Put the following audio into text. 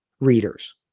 readers